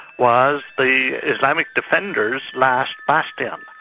was the islam defenders' last bastion.